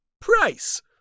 price